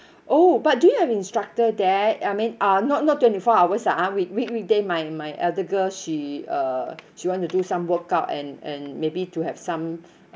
oh but do you have instructor there I mean uh not not twenty four hours lah we~ we~ we~ weekday my my elder girl she uh she want to do some workout and and maybe to have some